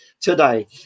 today